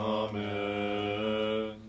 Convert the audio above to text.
amen